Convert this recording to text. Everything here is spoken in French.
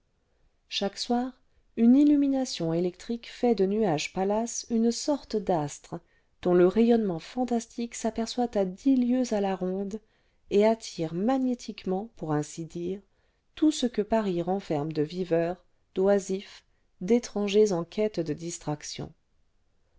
chaque soir une illumination électrique fait de nuage palace une sorte d'astre dont le rayonnement fantastique s'aperçoit à dix lieues à la ronde et attire magnétiquement pour ainsi dire tout ce que paris renferme de viveurs d'oisifs d'étrangers en quête de distractions